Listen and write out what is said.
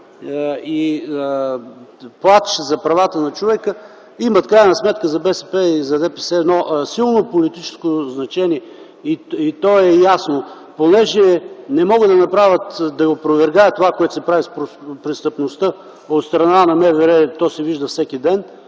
и плач за правата на човека имат в крайна сметка за БСП и за ДПС едно силно политическо значение и то е ясно. Понеже не могат да опровергаят това, което се прави с престъпността от страна на МВР – то се вижда всеки ден,